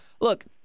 look